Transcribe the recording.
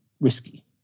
risky